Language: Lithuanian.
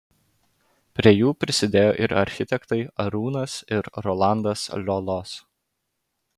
prie jų prisidėjo ir architektai arūnas ir rolandas liolos